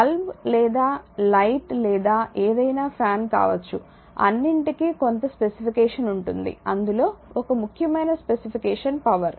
bulb లేదా light లేదా ఏదైనా ఫ్యాన్ కావచ్చు అన్నింటికి కొంత స్పెసిఫికేషన్ ఉంటుంది అందులో ఒక ముఖ్యమైన స్పెసిఫికేషన్ పవర్